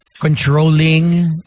Controlling